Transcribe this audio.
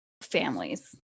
families